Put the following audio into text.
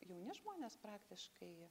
jauni žmonės praktiškai